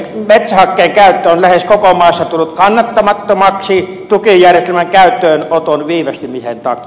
metsähakkeen käyttö on lähes koko maassa tullut kannattamattomaksi tukijärjestelmän käyttöönoton viivästymisen takia